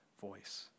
voice